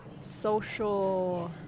social